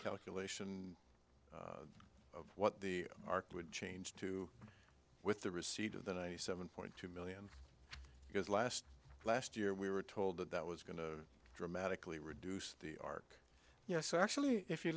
calculated of what the market would change to with the receipt of the ninety seven point two million because last last year we were told that that was going to dramatically reduce the ark actually if you